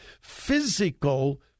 physical